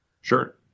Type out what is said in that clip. Sure